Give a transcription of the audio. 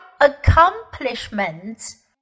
accomplishments